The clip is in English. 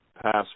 pass